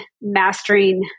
mastering